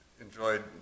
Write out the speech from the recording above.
enjoyed